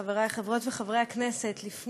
ראשונת הדוברים, חברת הכנסת יעל כהן-פארן.